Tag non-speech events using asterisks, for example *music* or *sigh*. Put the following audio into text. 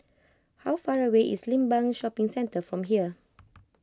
how far away is Limbang Shopping Centre from here *noise*